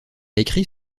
écrit